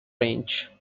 range